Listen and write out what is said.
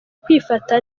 kwifata